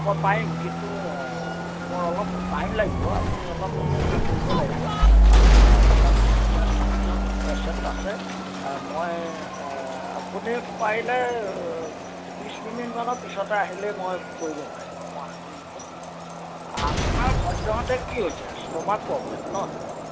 মই পাৰিম কিন্তু মই অলপ টাইম লাগিব আপুনি অলপ অপেক্ষা কৰিব লাগিব মানে মোৰ যথেষ্টকেইজন পেচেণ্ট আছে মই আপুনি পাৰিলে ত্ৰিছ মিনিটমানৰ পিছতে আহিলেই মই কৰিব পাৰিম মই আজৰি হ'ম আপোনাৰ সদ্যহতে কি হৈছে ইষ্টমাক প্ৰব্লেম ন